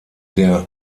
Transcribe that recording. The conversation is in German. der